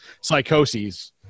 psychoses